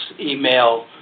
email